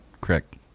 Correct